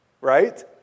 Right